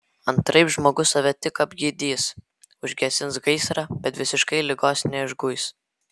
antraip žmogus save tik apgydys užgesins gaisrą bet visiškai ligos neišguis